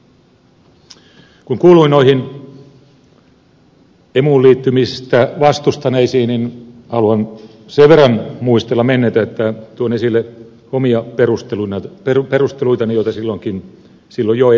kun kuuluin noihin emuun liittymistä vastustaneisiin niin haluan sen verran muistella menneitä että tuon esille omia perusteluitani joita silloin jo esitin